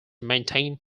maintain